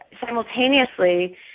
simultaneously